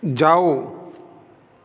ਜਾਓ